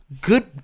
good